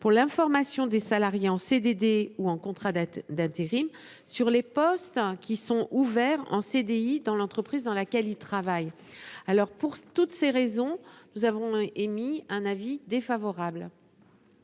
pour l'information des salariés en CDD ou en contrat d'être d'intérim sur les postes qui sont ouverts en CDI, dans l'entreprise dans laquelle il travaille. Alors pour toutes ces raisons, nous avons émis un avis défavorable.--